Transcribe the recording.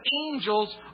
angels